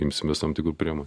imsimės tam tikrų priemo